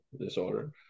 disorder